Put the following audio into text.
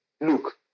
Look